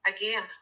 Again